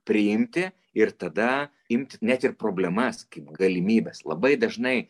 priimti ir tada imti net ir problemas kaip galimybes labai dažnai